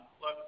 Look